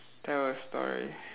tell a story